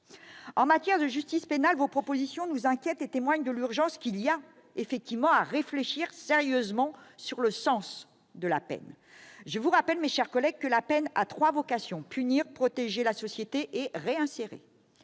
En matière de justice pénale, vos propositions nous inquiètent et témoignent de l'urgence qu'il y a à réfléchir sérieusement sur le sens de la peine. Je vous rappelle, mes chers collègues, que celle-ci a trois vocations : punir, protéger la société et réinsérer.